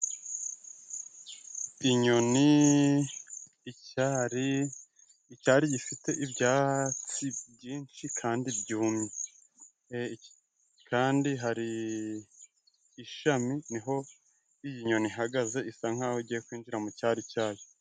Inyoni icyari icyari gifite ibyatsi byinshi kandi byumye, kandi hari ishami niho iyi nyoni ihagaze isa nkaho igiye kwinjira mucyari cyayo.